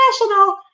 professional